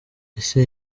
ese